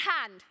hand